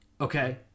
Okay